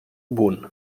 bun